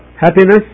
happiness